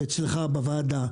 אצלך בוועדה,